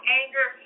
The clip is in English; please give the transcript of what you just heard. anger